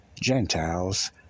Gentiles